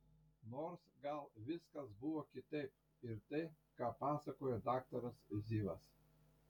nors gal viskas buvo kitaip ir tai ką pasakojo daktaras zivas